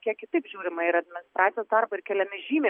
kiek kitaip žiūrima ir į administracijos darbą ir keliami žymiai